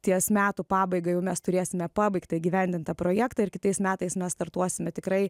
ties metų pabaiga mes turėsime pabaigtą įgyvendintą projektą ir kitais metais mes startuosime tikrai